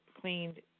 cleaned